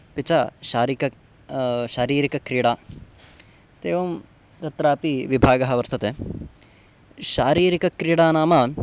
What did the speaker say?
अपि च शारिक शारीरिकक्रीडा इत्येवं तत्रापि विभागः वर्तते शारीरिकक्रीडा नाम